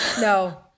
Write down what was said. No